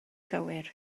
gywir